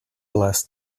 bless